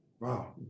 Wow